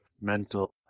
mental